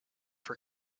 for